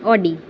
Audi